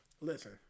Listen